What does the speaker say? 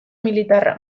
militarra